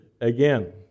again